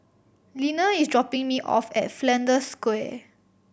Linnea is dropping me off at Flanders Square